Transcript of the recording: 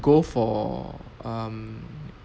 go for um